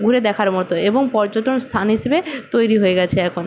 ঘুরে দেখার মতো এবং পর্যটন স্থান হিসেবে তৈরি হয়ে গিয়েছে এখন